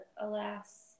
alas